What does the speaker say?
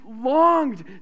longed